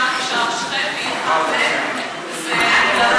הן היו עדיין בתקופת טירונות,